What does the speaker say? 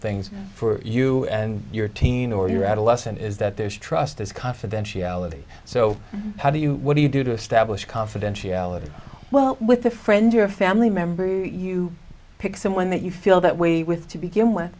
things for you and your teen or your adolescent is that there's trust as confidentiality so how do you what do you do to establish confidentiality well with a friend or family member you pick someone that you feel that way with to begin with